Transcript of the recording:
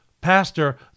Pastor